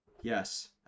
Yes